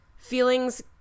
Feelings